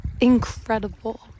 incredible